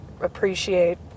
appreciate